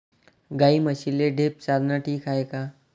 गाई म्हशीले ढेप चारनं ठीक हाये का?